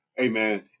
Amen